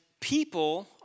people